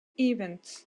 events